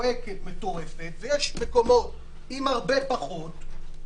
ויש מקומות שבהם הרבה פחות.